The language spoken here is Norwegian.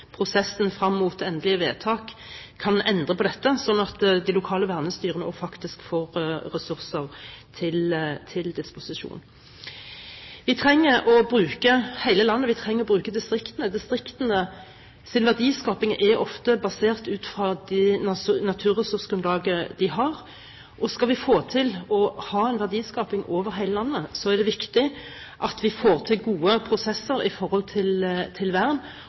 prosessen frem mot endelig vedtak kan endre på dette, slik at de lokale vernestyrene også faktisk får ressurser til disposisjon. Vi trenger å bruke hele landet, vi trenger å bruke distriktene. Distriktenes verdiskaping er ofte basert på det naturressursgrunnlaget de har, og skal vi få til en verdiskaping over hele landet, er det viktig at vi får til gode prosesser når det gjelder vern,